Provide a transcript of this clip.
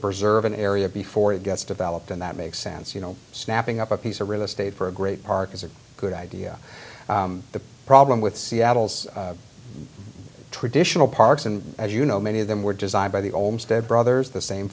preserve an area before it gets developed and that makes sense you know snapping up a piece of real estate for a great park is a good idea the problem with seattle's traditional parks and as you know many of them were designed by the olmstead brothers the same